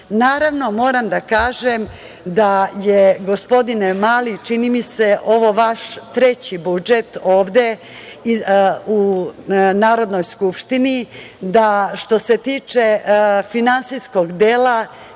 godine. Naravno, moram da kažem da je, gospodine Mali, čini mi se, ovo vaš treći budžet ovde u Narodnoj skupštini, da što se tiče finansijskog dela